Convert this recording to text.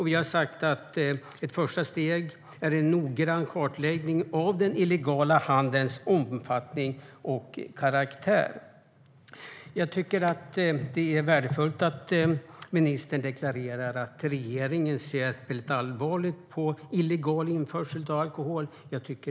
Vi har sagt att ett första steg är en noggrann kartläggning av den illegala handelns omfattning och karaktär. Jag tycker att det är värdefullt att ministern deklarerar att regeringen ser väldigt allvarligt på illegal införsel av alkohol.